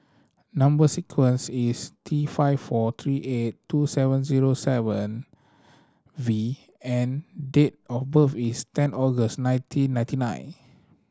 number sequence is T five four three eight two seven zero seven V and date of birth is ten August nineteen ninety nine